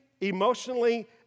emotionally